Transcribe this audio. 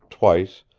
twice,